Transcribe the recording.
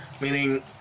Meaning